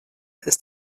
ist